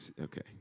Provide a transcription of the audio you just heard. Okay